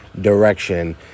direction